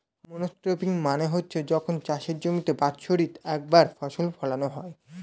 monocropping মানে হচ্ছে যখন চাষের জমিতে বাৎসরিক একবার ফসল ফোলানো হয়